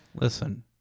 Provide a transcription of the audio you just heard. Listen